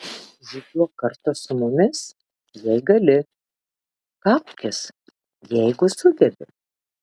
žygiuok kartu su mumis jei gali kaukis jeigu sugebi